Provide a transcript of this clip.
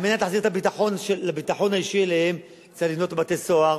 כדי להחזיר את הביטחון האישי שלהם צריך לבנות בתי-סוהר,